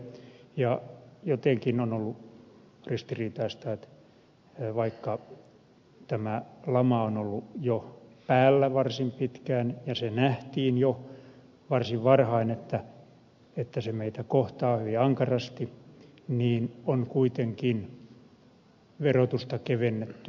jotenkin on ollut ristiriitaista että vaikka tämä lama on ollut jo päällä varsin pitkään ja se nähtiin jo varsin varhain että se meitä kohtaa hyvin ankarasti niin on kuitenkin verotusta kevennetty monin tavoin